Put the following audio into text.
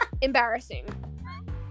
embarrassing